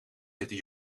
zitten